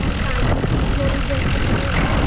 ऐं तव्हां जी फ़ी थोरी घटि कयो त